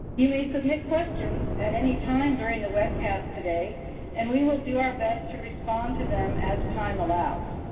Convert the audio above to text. you may submit questions at any time during the webcast today and we will do our best to respond to them as time allows.